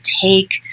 take